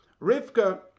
Rivka